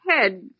head